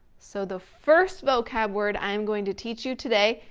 so the first vocab word i'm going to teach you today,